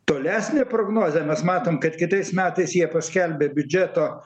tolesnė prognozė mes matom kad kitais metais jie paskelbė biudžeto